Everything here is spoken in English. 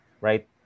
right